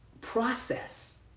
process